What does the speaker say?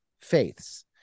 faiths